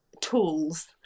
tools